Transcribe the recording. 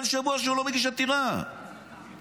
אין שבוע שהוא לא מגיש עתירה, אין.